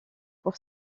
pour